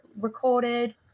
recorded